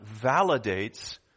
validates